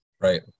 Right